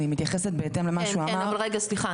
אני מתייחסת בהתאם למה שהוא אמר --- רגע סליחה,